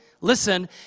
listen